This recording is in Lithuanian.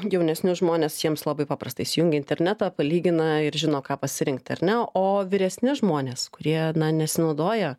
jaunesnius žmones jiems labai paprastai įsijungia internetą palygina ir žino ką pasirinkt ar ne o vyresni žmonės kurie na nesinaudoja